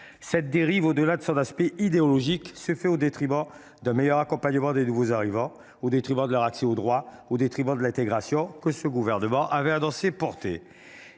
Cette dérive, au delà de son aspect idéologique, se fait au détriment d’un meilleur accompagnement des nouveaux arrivants, au détriment de leur accès aux droits, au détriment de l’intégration que ce gouvernement avait annoncé défendre.